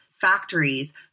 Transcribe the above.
factories